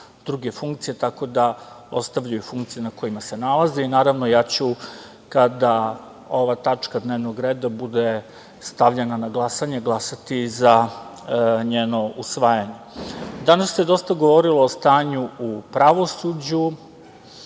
druge funkcije, tako da ostavljaju funkcije na kojima se nalaze i, naravno, ja ću, kada ova tačka dnevnog reda bude stavljena na glasanje, glasati za njeno usvajanje. Danas se dosta govorilo o stanju u pravosuđu.